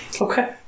Okay